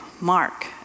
Mark